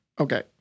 Okay